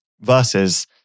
versus